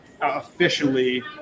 officially